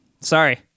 Sorry